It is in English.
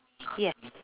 yeah